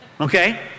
Okay